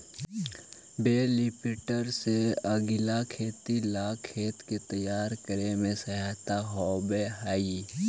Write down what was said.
बेल लिफ्टर से अगीला खेती ला खेत के तैयार करे में सहायता होवऽ हई